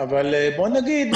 אבל בואו נגיד,